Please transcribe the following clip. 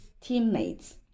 teammates